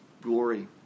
glory